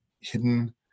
Hidden